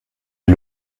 est